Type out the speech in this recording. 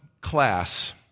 class